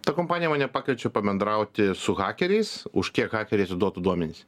ta kompanija mane pakviečia pabendrauti su hakeriais už kiek hakeriai atiduotų duomenis